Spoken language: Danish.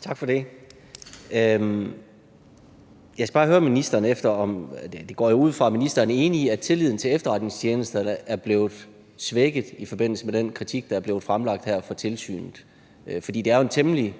Tak for det. Jeg går ud fra, at ministeren er enig i, at tilliden til efterretningstjenesterne er blevet svækket i forbindelse med den kritik, der er blevet fremlagt her fra tilsynet, fordi det jo er en temmelig